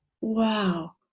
wow